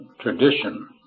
tradition